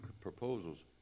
proposals